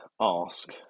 ask